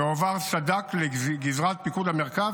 הועבר סד"כ לגזרת פיקוד המרכז,